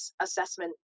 assessment